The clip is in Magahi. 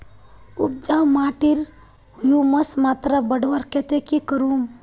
उपजाऊ माटिर ह्यूमस मात्रा बढ़वार केते की करूम?